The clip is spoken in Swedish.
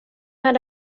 med